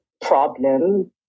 problem